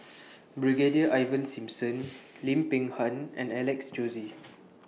Brigadier Ivan Simson Lim Peng Han and Alex Josey